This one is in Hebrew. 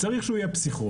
צריך שהוא יהיה פסיכוטי.